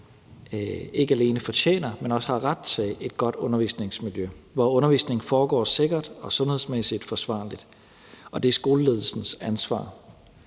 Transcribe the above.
ikke alene fortjener, men også har ret til et godt undervisningsmiljø, hvor undervisningen foregår sikkert og sundhedsmæssigt forsvarligt. Det er skoleledelsens ansvar.